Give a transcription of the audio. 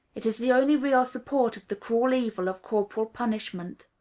it is the only real support of the cruel evil of corporal punishment.